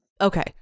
Okay